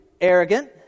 arrogant